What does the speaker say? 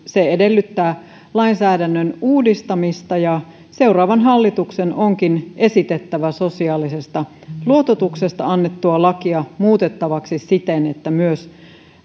se edellyttää lainsäädännön uudistamista seuraavan hallituksen onkin esitettävä sosiaalisesta luototuksesta annettua lakia muutettavaksi siten että myös